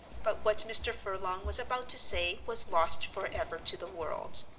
but what mr. furlong was about to say was lost forever to the world.